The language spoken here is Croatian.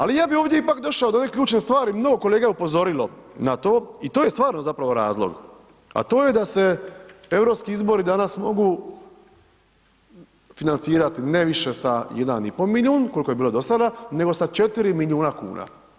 Ali, ja bi ovdje ipak došao do one ključne stvari, mnogo kolega je upozorilo na to i to je stvarno zapravo razlog, a to je da se europski izbori danas mogu financirati ne više sa jedan i po milijun, koliko je bilo do sada, nego sa 4 milijuna kuna.